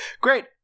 great